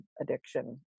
addiction